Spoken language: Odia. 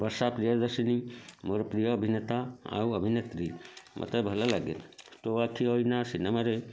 ବର୍ଷା ପ୍ରିୟଦର୍ଶିନୀ ମୋର ପ୍ରିୟ ଅଭିନେତା ଆଉ ଅଭିନେତ୍ରୀ ମୋତେ ଭଲ ଲାଗେ ତୋ ଆଖି ଅଇନା ସିନେମାରେ